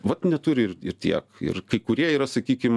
vat neturi ir ir tiek ir kai kurie yra sakykim